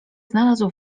znalazł